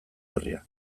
herria